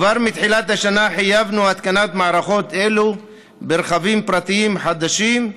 כבר בתחילת השנה חייבנו התקנת מערכות אלו ברכבים פרטיים חדשים,